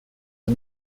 are